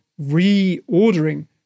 reordering